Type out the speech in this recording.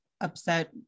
upset